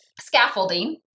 scaffolding